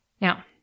Now